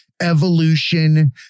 evolution